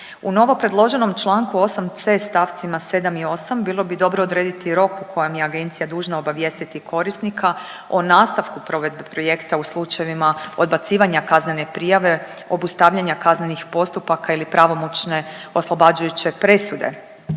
U novopredloženom članku 8. stavcima 7. i 8. bilo bi dobro odrediti rok u kojem je agencija dužna obavijestiti korisnika o nastavku provedbe projekta u slučajevima odbacivanja kaznene prijave, obustavljanja kaznenih postupaka ili pravomoćne oslobađajuće presude.